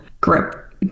grip